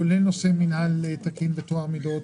כולל נושא של מינהל תקין וטוהר מידות.